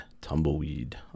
Tumbleweed